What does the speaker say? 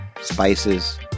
spices